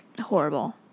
horrible